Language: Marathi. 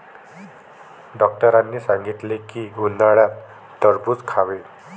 डॉक्टरांनी सांगितले की, उन्हाळ्यात खरबूज खावे